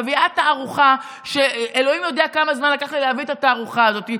מביאה תערוכה שאלוהים יודע כמה זמן לקח לי להביא את התערוכה הזאת,